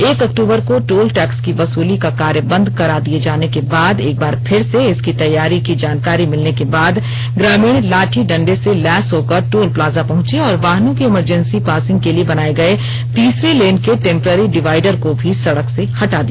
एक अक्तूबर को टोल टैक्स की वसूली का कार्य बंद करा दिये जाने के बाद एक बार फिर से इसकी तैयारी की जानकारी मिलने के बाद ग्रामीण लाठी डंडे से लैस होकर टोल प्लाजा पहुंचे और वाहनों की इमरजेंसी पासिंग के लिए बनाये गये तीसरे लेन के टेंपररी डिवाइडर को भी सड़क से हटा दिया